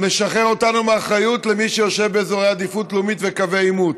משחרר אותנו מאחריות למי שיושב באזורי עדיפות לאומית וקווי עימות.